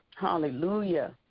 hallelujah